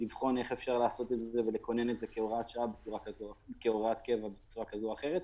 מבקש לבחון איך אפשר לעשות ולכונן את זה כהוראת קבע בצורה כזו או אחרת.